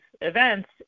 events